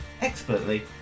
expertly